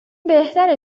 بهتره